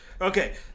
Okay